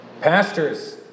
Pastors